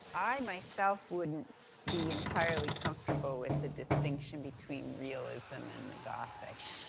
i, myself, wouldn't be entirely comfortable with the distinction between realism and the gothic,